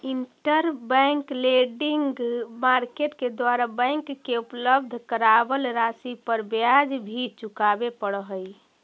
interbank lending market के द्वारा bank के उपलब्ध करावल राशि पर ब्याज भी चुकावे पड़ऽ हइ